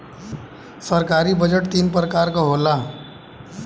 सरकारी बजट तीन परकार के होला